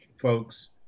folks